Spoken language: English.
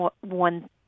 one